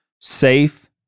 Safe